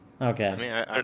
Okay